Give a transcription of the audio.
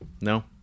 No